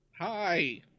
Hi